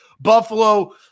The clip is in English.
Buffalo